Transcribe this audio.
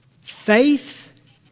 Faith